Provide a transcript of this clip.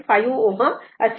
5 Ω असेल